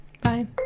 Bye